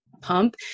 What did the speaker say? pump